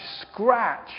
scratch